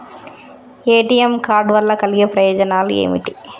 ATM card వల్ల కలిగే ప్రయోజనాలు ఏమిటి?